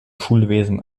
schulwesen